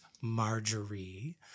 Marjorie